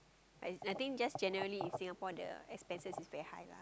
I I think generally just Singapore that the expenses is very high